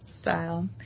style